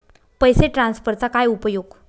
पैसे ट्रान्सफरचा काय उपयोग?